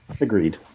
Agreed